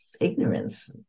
ignorance